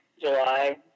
July